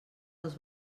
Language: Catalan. els